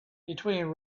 between